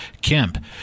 Kemp